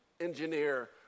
engineer